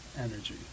energy